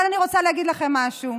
אבל אני רוצה להגיד לכם משהו: